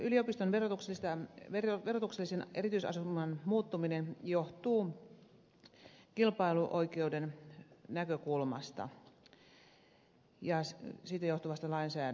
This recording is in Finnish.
tämä helsingin yliopiston verotuksellisen erityisaseman muuttuminen johtuu kilpailuoikeuden näkökulmasta ja siitä johtuvasta lainsäädännöstä